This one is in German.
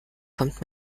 kommt